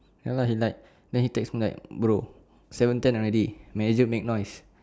ya lah he like then he take phone like bro seven ten already manager make noise